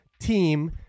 team